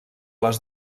les